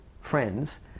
friends